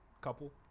couple